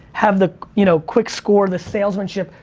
have the you know quick score, the salesmanship,